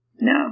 No